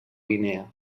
guinea